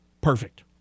perfect